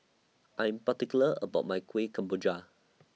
I Am particular about My Kueh Kemboja